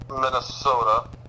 Minnesota